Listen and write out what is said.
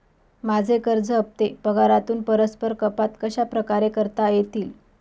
माझे कर्ज हफ्ते पगारातून परस्पर कपात कशाप्रकारे करता येतील?